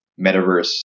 metaverse